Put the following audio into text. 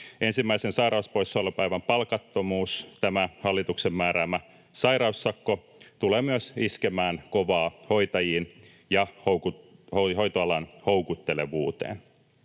Ensimmäisen sairauspoissaolopäivän palkattomuus, tämä hallituksen määräämä sairaussakko, tulee myös iskemään kovaa hoitajiin ja hoitoalan houkuttelevuuteen.